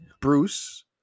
Bruce